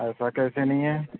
ایسا کیسے نہیں ہے